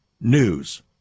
news